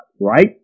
right